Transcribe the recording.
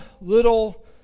little